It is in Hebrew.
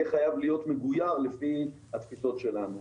יהיה חייב להיות מגויר לפי התפיסות שלנו.